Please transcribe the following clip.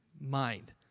mind